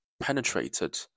penetrated